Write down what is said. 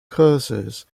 curses